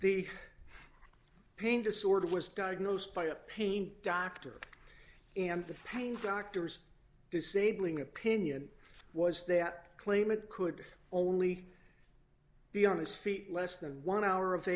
the pain disorder was diagnosed by a pain doctor and the pain doctors disabling opinion was that claimant could only be on his feet less than one hour of